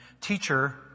Teacher